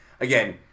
again